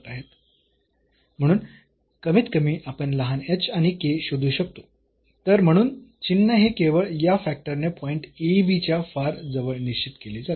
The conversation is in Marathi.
म्हणून कमीतकमी आपण लहान h आणि k शोधू शकतो तर म्हणून चिन्ह हे केवळ या फॅक्टरने पॉईंट च्या फार जवळ निश्चित केले जाते